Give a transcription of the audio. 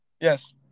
Yes